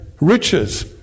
riches